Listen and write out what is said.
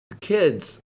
kids